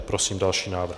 Prosím další návrh.